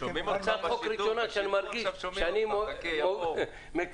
שומעים אותך בשידור, חכה, יבואו.